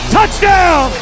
Touchdown